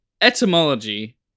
etymology